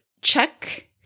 check